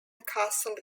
castle